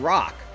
Rock